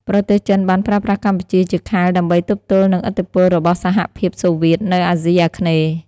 ប្រទេសចិនបានប្រើប្រាស់កម្ពុជាជាខែលដើម្បីទប់ទល់នឹងឥទ្ធិពលរបស់សហភាពសូវៀតនៅអាស៊ីអាគ្នេយ៍។